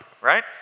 right